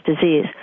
disease